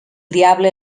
diable